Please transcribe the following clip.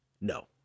no